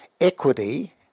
equity